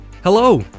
Hello